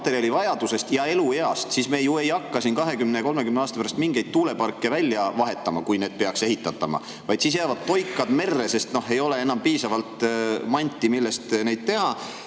materjalivajadusest ja elueast, me ju ei hakka siin 20–30 aasta pärast mingeid tuuleparke välja vahetama, kui need peaks ehitatama, vaid siis jäävad toikad merre, sest ei ole enam piisavalt manti, millest neid teha.